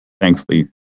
thankfully